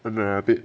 a bit